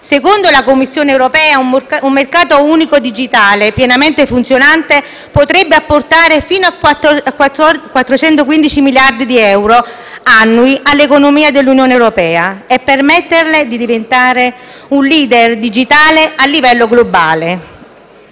Secondo la Commissione europea un mercato unico digitale pienamente funzionante potrebbe apportare fino a 415 miliardi di euro annui all'economia dell'Unione europea e permetterle di diventare un *leader* digitale a livello globale.